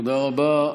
תודה רבה.